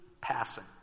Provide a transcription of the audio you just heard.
passing